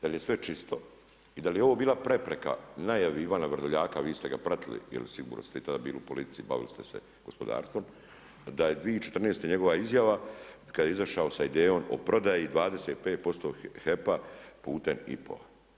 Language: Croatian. Dal je sve čisto i dal je ovo bila prepreka najavljivano Vrdoljaka, vi ste ga pratili, jer sigurno da ste i tada bili u politici, bavili ste se gospodarstvom, da je 2014. njegova izjava, kada je izašao s idejom o prodaji 25% HEP-a putem IPO.